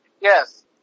Yes